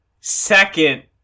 second